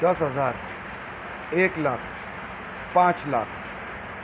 دس ہزار ایک لاکھ پانچ لاکھ